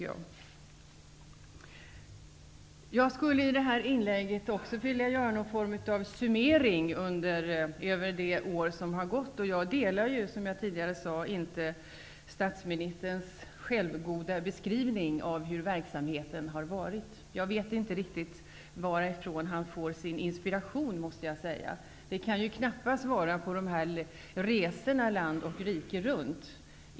Jag skulle i detta inlägg också vilja göra något av en summering av det år som har gått. Jag delar, som jag tidigare sade, inte statsministerns självgoda beskrivning av vad som har gjorts. Jag vet inte riktigt varifrån han får sin inspiration. Det kan knappast vara från resorna land och rike runt.